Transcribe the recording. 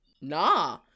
Nah